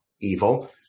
evil